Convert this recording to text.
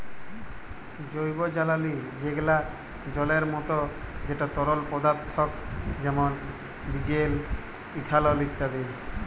জৈবজালালী যেগলা জলের মত যেট তরল পদাথ্থ যেমল ডিজেল, ইথালল ইত্যাদি